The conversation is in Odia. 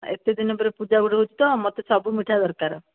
ଏତେ ଦିନ ପରେ ପୂଜା ଗୁଡ଼େ ହେଉଛି ତ ମତେ ସବୁ ମିଠା ଦରକାର